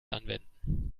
anwenden